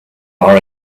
our